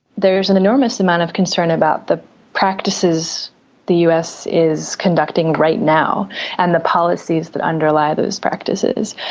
there is an enormous amount of concern about the practices the us is conducting right now and the policies that underlie those practices,